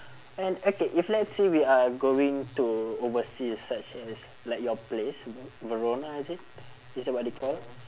and okay if let's say we are going to overseas such as like your place ve~ verona is it is that what they call